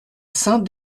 saint